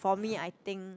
for me I think